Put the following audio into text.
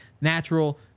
natural